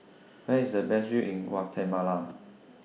Where IS The Best View in Guatemala